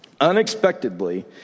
unexpectedly